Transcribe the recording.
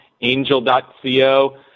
Angel.co